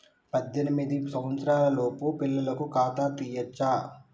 పద్దెనిమిది సంవత్సరాలలోపు పిల్లలకు ఖాతా తీయచ్చా?